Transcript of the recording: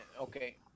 okay